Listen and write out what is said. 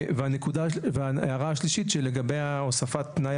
והנקודה השלישית שלגבי הוספת תנאי